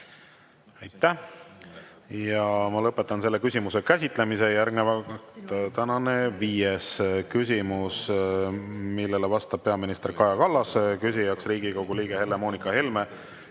Aitäh! Ma lõpetan selle küsimuse käsitlemise. Järgnevalt tänane viies küsimus, millele vastab peaminister Kaja Kallas. Küsijaks on Riigikogu liige Helle-Moonika Helme